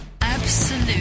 absolute